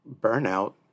burnout